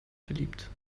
beliebt